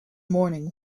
morning